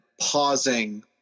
pausing